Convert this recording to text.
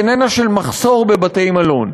איננה של מחסור בבתי-מלון.